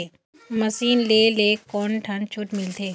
Machine ले ले कोन ठन छूट मिलथे?